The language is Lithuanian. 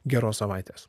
geros savaitės